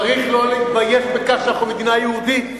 צריך לא להתבייש בכך שאנחנו מדינה יהודית,